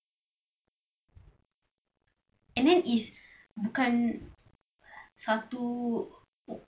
and then is bukan satu